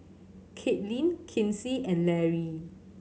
Katlyn Kinsey and Larry